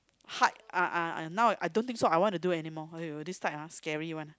height ah ah ah now I don't think so I wanna do anymore !aiyo! this type ah scary one